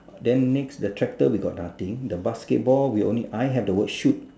then next the tractor we got nothing the basketball we only I have the word shoot